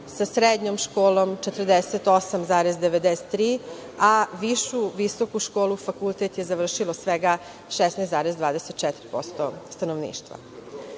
sa srednjom školom 48,93%, a višu, visoku školu, fakultet je završilo svega 16,24% stanovništva. Poštujući